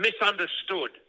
Misunderstood